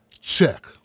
check